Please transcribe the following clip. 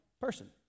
person